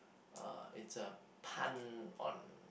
uh it's a pun on